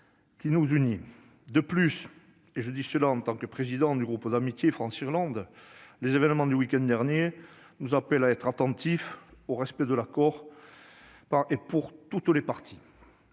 qui nous unit. De plus- et je m'exprime ici en tant que président du groupe d'amitié France-Irlande -, les événements du week-end dernier nous appellent à être attentifs au respect de l'accord, par et pour toutes les parties.